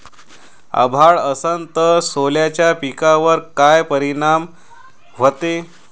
अभाळ असन तं सोल्याच्या पिकावर काय परिनाम व्हते?